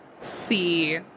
see